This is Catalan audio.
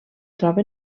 troba